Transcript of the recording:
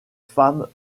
femmes